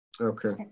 Okay